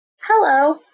Hello